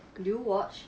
do you watch